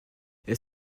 elle